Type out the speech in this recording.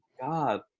god